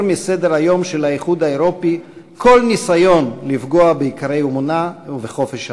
מסדר-היום של האיחוד האירופי כל ניסיון לפגוע בעיקרי אמונה ובחופש הדת.